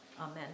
amen